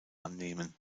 annehmen